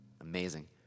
Amazing